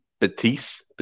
Betis